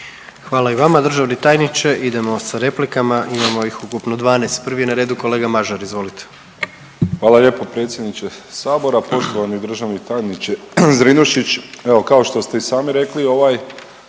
Hvala i vama državni tajniče. Idemo sa replikama, imamo ih ukupno 12. Prvi je na redu kolega Mažar, izvolite. **Mažar, Nikola (HDZ)** Hvala lijepo predsjedniče sabora. Poštovani državni tajniče Zrinušić, evo kao što ste i sami rekli ovaj